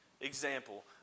example